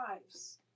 lives